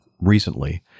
recently